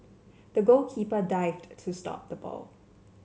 the goalkeeper dived to stop the ball